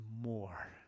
more